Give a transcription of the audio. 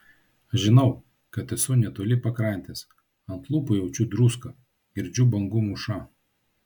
žinau kad esu netoli pakrantės ant lūpų jaučiu druską girdžiu bangų mūšą